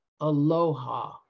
aloha